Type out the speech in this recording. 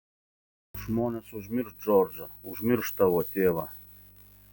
žmonės užmirš džordžą užmirš tavo tėvą